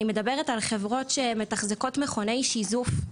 אני מדברת על חברות שמתחזקות מכוני שיזוף,